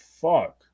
fuck